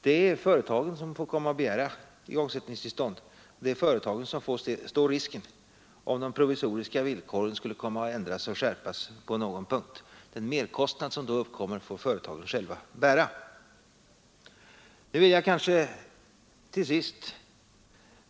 Det är företagen som får begära igångsättningstillstånd, och det är företagen som får stå risken, om de provisoriska villkoren skulle komma att ändras eller skärpas på någon punkt. Den merkostnad som då uppkommer får företagen själva bära.